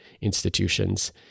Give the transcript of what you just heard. institutions